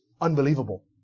unbelievable